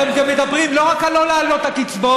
אתם גם מדברים לא רק על לא להעלות את הקצבאות,